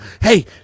hey